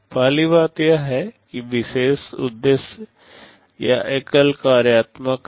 पहली बात यह है कि वे विशेष उद्देश्य या एकल कार्यात्मक हैं